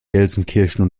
gelsenkirchen